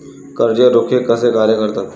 कर्ज रोखे कसे कार्य करतात?